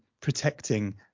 protecting